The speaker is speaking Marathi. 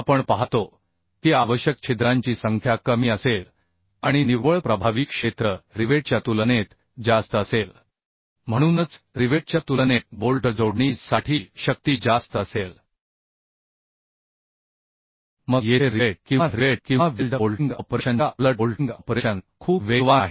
आपण पाहतो की आवश्यक छिद्रांची संख्या कमी असेल आणि निव्वळ प्रभावी क्षेत्र रिवेटच्या तुलनेत जास्त असेल म्हणूनच रिवेटच्या तुलनेत बोल्ट जोडणी साठी शक्ती जास्त असेल मग येथे रिवेट किंवा रिवेट किंवा वेल्ड बोल्टिंग ऑपरेशनच्या उलट बोल्टिंग ऑपरेशन खूप वेगवान आहे